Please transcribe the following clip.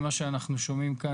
ממה שאנחנו שומעים כאן,